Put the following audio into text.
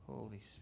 Holy